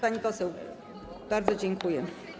Pani poseł, bardzo dziękuję.